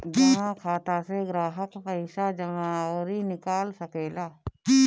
जमा खाता से ग्राहक पईसा जमा अउरी निकाल सकेला